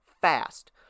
fast